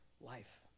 life